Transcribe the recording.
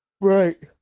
Right